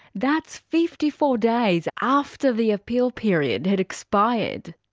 that's fifty four days after the appeal period had expired.